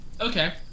Okay